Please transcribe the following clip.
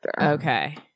Okay